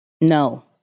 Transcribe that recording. No